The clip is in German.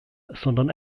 sondern